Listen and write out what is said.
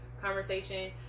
conversation